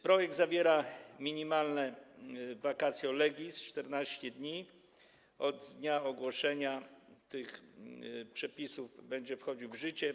Projekt zawiera minimalne vacatio legis - w 14 dni od dnia ogłoszenia tych przepisów będą one wchodziły w życie.